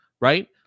right